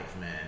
man